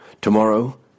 Tomorrow